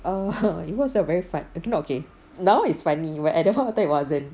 err it was a funn~ not okay now it's funny but that point of time it wasn't